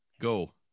go